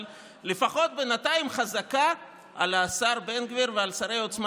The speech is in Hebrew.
אבל לפחות בינתיים חזקה על השר בן גביר ועל שרי עוצמה